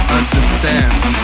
understands